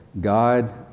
God